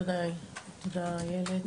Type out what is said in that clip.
תודה, איילת.